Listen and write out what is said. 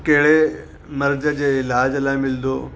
कहिड़े मर्ज जे इलाज लाइ मिलंदो